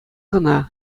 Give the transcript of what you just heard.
кӑна